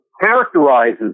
characterizes